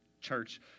church